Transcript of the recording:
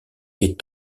est